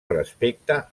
respecte